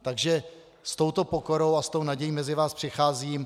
Takže s touto pokorou a nadějí mezi vás přicházím.